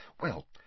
Well